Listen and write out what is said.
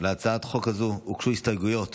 להצעת החוק הזו הוגשו הסתייגויות